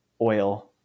oil